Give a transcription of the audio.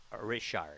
Richard